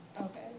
Okay